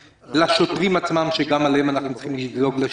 לשוטרים עצמם שגם לבריאות שלהם אנחנו צריכים לדאוג?